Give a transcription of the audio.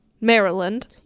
Maryland